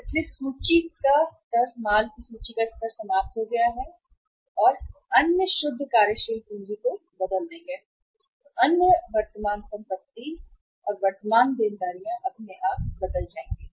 इसलिए सूची का स्तर समाप्त हो गया माल हम खुद को और अन्य शुद्ध कार्यशील पूंजी को बदल देंगे अन्य वर्तमान संपत्ति और वर्तमान देनदारियां अपने आप बदल जाएंगी